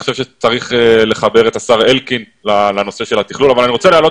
אני חושב שצריך לחבר אתה שר אלקין לנושא של התכלול אני רוצה להעלות